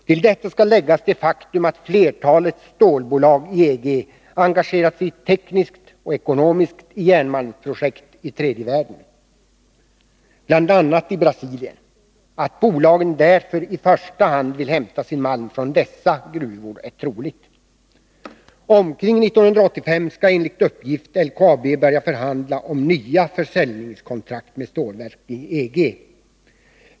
Till detta skall läggas det faktum att flertalet stålbolag i EG engagerat sig tekniskt och ekonomiskt i järnmalmsprojekt i tredje världen, bl.a. i Brasilien. Att bolagen därför i första hand vill hämta sin malm från dessa gruvor är troligt. Omkring 1985 skall enligt uppgift LKAB börja förhandla med stålverken i EG om nya försäljningskontrakt.